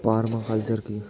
Parma culture কি?